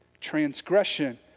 Transgression